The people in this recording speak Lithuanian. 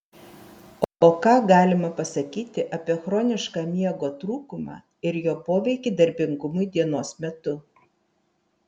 o ką galima pasakyti apie chronišką miego trūkumą ir jo poveikį darbingumui dienos metu